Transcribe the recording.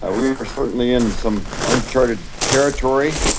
ah we're we're certainly in some uncharted territory.